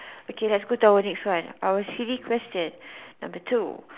okay let's go to our next one our silly question number two